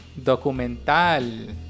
Documental